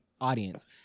audience